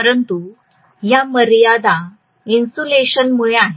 परंतु ह्या मर्यादा इन्सुलेशनमुळे आहे